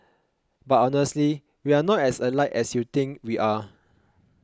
but honestly we aren't as alike as you think we are